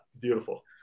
beautiful